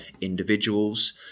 individuals